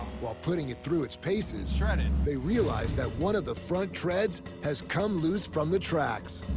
while putting it through its paces, shredded. they realized that one of the front treads has come loose from the tracks.